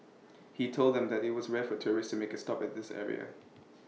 he told them that IT was rare for tourists to make A stop at this area